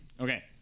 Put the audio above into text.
okay